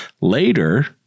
Later